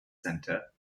center